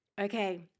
Okay